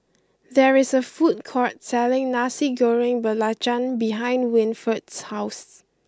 there is a food court selling Nasi Goreng Belacan behind Winford's house